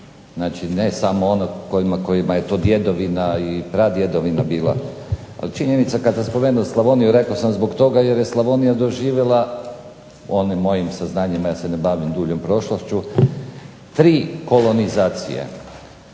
znači ne samo onima kojima je to djedovina ili pradjedovina bila, ali činjenica kada sam spomenuo Slavonije, rekao sam zbog toga jer je Slavonija doživjela po onim mojim saznanjima ja se ne bavim duljom prošlošću tri kolonizacije.